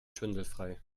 schwindelfrei